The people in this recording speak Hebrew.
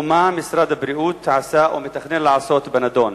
ומה משרד הבריאות עשה או מתכנן לעשות בנדון?